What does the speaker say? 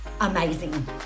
amazing